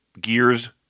gears